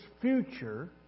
future